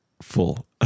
full